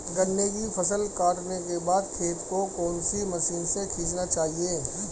गन्ने की फसल काटने के बाद खेत को कौन सी मशीन से सींचना चाहिये?